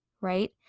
right